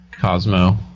Cosmo